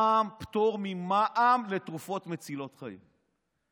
פטור ממע"מ לתרופות מצילות חיים.